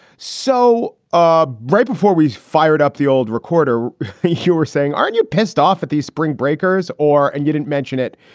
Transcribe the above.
so ah right before we fired up the old recorder you're saying aren't you pissed off at these spring breakers or. and you didn't mention it.